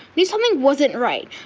knew something wasn't right,